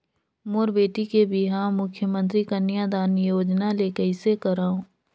मोर बेटी के बिहाव मुख्यमंतरी कन्यादान योजना ले कइसे करव?